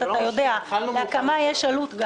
כפי שאתה יודע להקמה יש גם עלות,